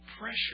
Pressure